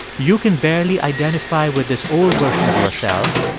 you can barely identify with this old version of yourself,